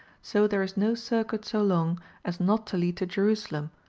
so there is no circuit so long as not to lead to jerusalem,